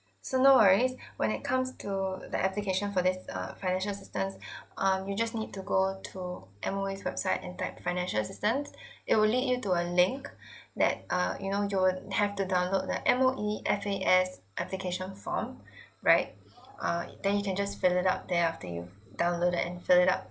so no worries when it comes to the application for this uh financial assistance um you just need to go to M_O_E's website and type financial assistance it will lead you to a link that uh you know you would have to download the M_O_E F_A_S application form right uh then you can just fill it up there after you download and fill it up